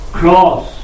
cross